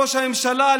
ראש הממשלה,